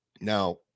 now